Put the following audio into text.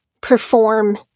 perform